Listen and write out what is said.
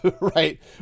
right